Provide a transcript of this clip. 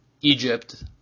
Egypt